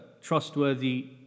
Trustworthy